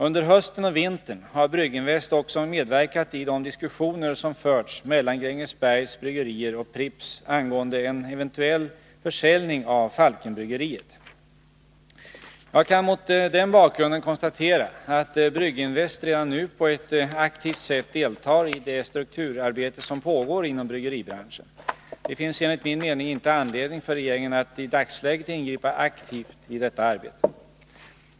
Under hösten och vintern har Brygginvest också medverkat i de diskussioner som förts mellan Grängesbergs bryggerier och Pripps angående en eventuell försäljning av Falkenbryggeriet. Jag kan mot den bakgrunden konstatera att Brygginvest redan nu på ett aktivt sätt deltar i det strukturarbete som pågår inom bryggeribranschen. Det finns enligt min mening inte anledning för regeringen att i dagsläget ingripa aktivt i detta arbete.